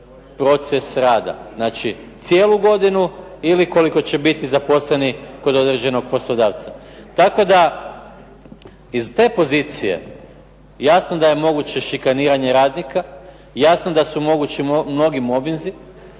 proces rada. Znači cijelu godinu ili koliko će biti zaposlenih kod određenog poslodavca. Tako da iz te pozicije jasno da je moguće šikaniranje radnika, jasno da su mogući mnogi mobbinzi,